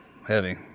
heavy